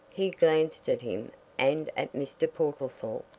he glanced at him and at mr. portlethorpe.